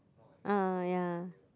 uh ya